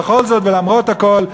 אבל בכל זאת ולמרות הכול,